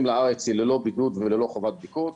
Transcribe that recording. לארץ היא ללא בידוד וללא חובת בדיקות,